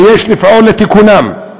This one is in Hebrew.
ויש לפעול לתיקונם.